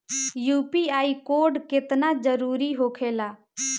UPI code केतना जरुरी होखेला?